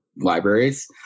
libraries